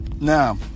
Now